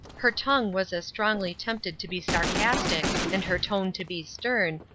her tongue was as strongly tempted to be sarcastic, and her tone to be stern,